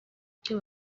icyo